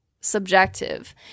subjective